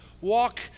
Walk